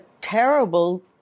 terrible